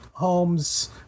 homes